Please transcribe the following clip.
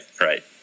right